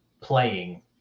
playing